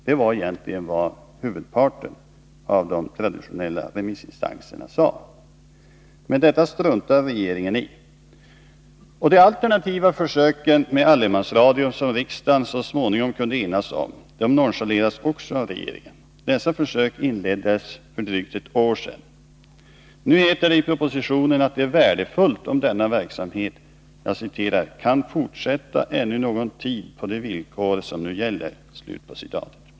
Det var vad huvudparten av de traditionella remissinstanserna sade. Men detta struntar regeringen i. Också de alternativa försök med allemansradio som riksdagen så småningom kunde enas om nonchaleras av regeringen. Dessa försök inleddes för drygt ett år sedan. Nu heter det i propositionen att det är värdefullt om denna verksamhet ”kan fortsätta ännu någon tid på de villkor som nu gäller”.